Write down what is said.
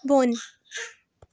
بۄن